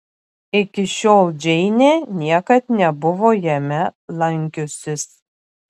iki šiol džeinė niekad nebuvo jame lankiusis